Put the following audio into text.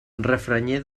refranyer